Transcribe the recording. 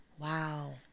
wow